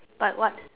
but what